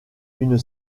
une